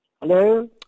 Hello